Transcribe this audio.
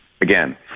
again